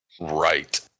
Right